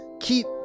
Keep